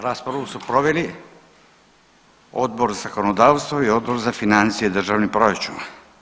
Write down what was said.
Raspravu su proveli Odbor za zakonodavstvo i Odbor za financije i državni proračun.